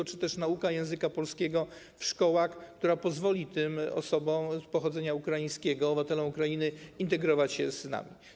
Chodzi tu też o naukę języka polskiego w szkołach, która pozwoli osobom pochodzenia ukraińskiego, obywatelom Ukrainy integrować się z nami.